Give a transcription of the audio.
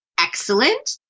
excellent